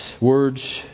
words